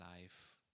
life